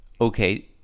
Okay